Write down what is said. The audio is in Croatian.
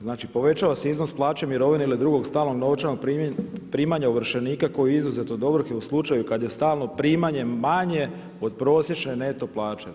Znači, povećava se iznos plaće, mirovine ili drugog stalnog novčanog primanja ovršenika koji je izuzet od ovrhe u slučaju kad je stalno primanje manje od prosječne neto plaće.